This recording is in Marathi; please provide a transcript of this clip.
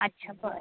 अच्छा बरं